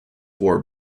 wore